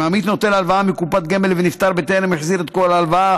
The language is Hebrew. אם עמית נוטל הלוואה מקופת גמל ונפטר בטרם החזיר את כל ההלוואה,